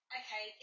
okay